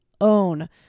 own